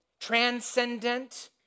transcendent